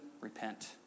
Repent